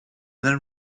then